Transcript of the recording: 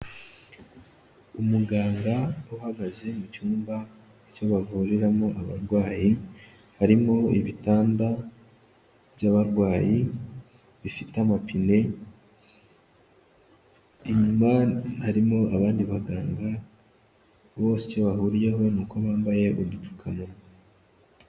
Umuganga uhagaze mu cyumba cyo bavuriramo abarwayi, harimo ibitanda by'abarwayi bifite amapine, inyuma harimo abandi baganga, bose icyo bahuriyeho ni uko bambaye udupfukamunwa.